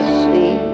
see